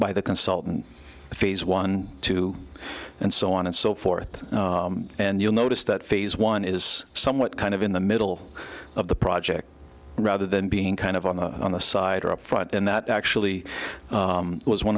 by the consultant phase one two and so on and so forth and you'll notice that phase one is somewhat kind of in the middle of the project rather than being kind of on the on the side or up front and that actually was one